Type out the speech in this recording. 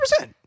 100%